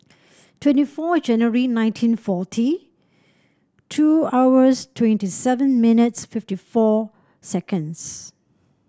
twenty four January nineteen forty two hours twenty seven minutes fifty four seconds